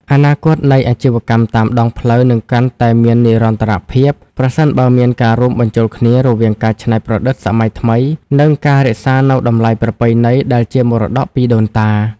អនាគតនៃអាជីវកម្មតាមដងផ្លូវនឹងកាន់តែមាននិរន្តរភាព ប្រសិនបើមានការរួមបញ្ចូលគ្នារវាងការច្នៃប្រឌិតសម័យថ្មី និងការរក្សានូវតម្លៃប្រពៃណីដែលជាមរតកពីដូនតា។